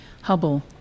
Hubble